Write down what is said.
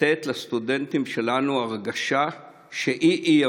לתת לסטודנטים שלנו הרגשה שהיא-היא,